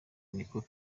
niko